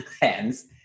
hands